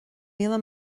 míle